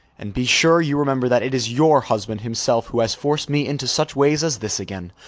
and be sure you remember that it is your husband himself who has forced me into such ways as this again.